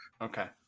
Okay